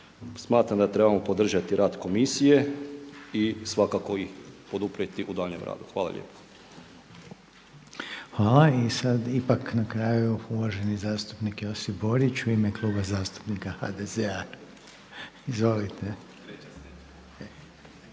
smatram da trebamo podržati rad Komisije i svakako ih poduprijeti u daljnjem radu. Hvala lijepo. **Reiner, Željko (HDZ)** Hvala. I sad ipak na kraju uvaženi zastupnik Josip Borić u ime Kluba zastupnika HDZ-a. Izvolite.